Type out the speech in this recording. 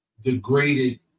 degraded